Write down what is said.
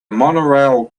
monorail